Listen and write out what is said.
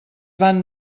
van